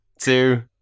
two